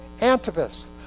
Antipas